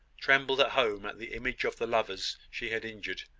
trembled at home at the image of the lovers she had injured,